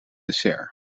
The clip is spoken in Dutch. dessert